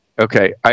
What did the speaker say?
Okay